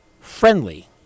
Friendly